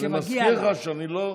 אבל אני מזכיר לך שאני לא,